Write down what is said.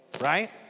right